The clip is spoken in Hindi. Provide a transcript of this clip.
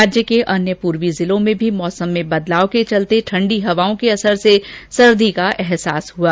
राज्य के अन्य पूर्वी जिलों में भी मौसम में बदलाव के चलते ठंडी हवाओं के असर से सर्दी का अहसास हुआ